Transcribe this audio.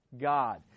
God